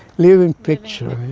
living picture